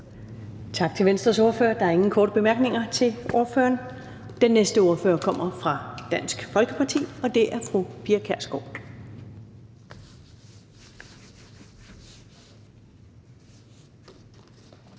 Tak til SF's ordfører. Der er ingen korte bemærkninger til ordføreren. Den næste ordfører kommer fra Enhedslisten, og det er fru Rosa Lund.